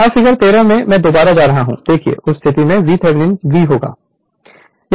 अब फिगर 13 मैं मैं दोबारा जा रहा हूं देखिए उस स्थिति में VThevenin V होगा